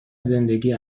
زندگی